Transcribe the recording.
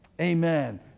Amen